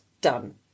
Done